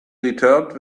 returned